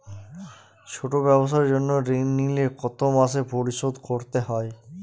ছোট ব্যবসার জন্য ঋণ নিলে কত মাসে পরিশোধ করতে হয়?